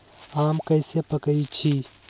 आम कईसे पकईछी?